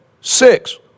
Six